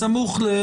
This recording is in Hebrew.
בסמוך ל,